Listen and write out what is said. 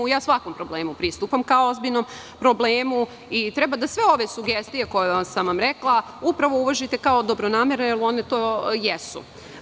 Svakom problemu pristupam kao ozbiljnom problemu i treba da sve ove sugestije koje sam vam rekla upravo uvažite kao dobronamerne, jer one to jesu.